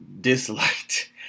disliked